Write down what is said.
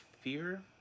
fear